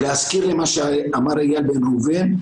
להזכיר למה שאמר איל בן ראובן,